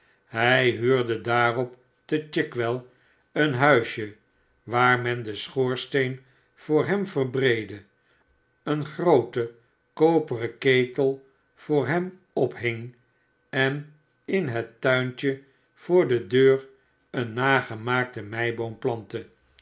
hij huurde daarop te chigwell een huisje waar men den schoorsteen voor hem verbreedde een grooten koperen ketel voor hem ophing en in het tuintje voor de deur een nagemaakten meiboom plantte